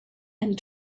and